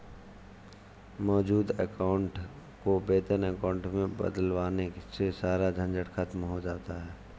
मौजूद अकाउंट को वेतन अकाउंट में बदलवाने से सारा झंझट खत्म हो जाता है